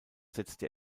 setzte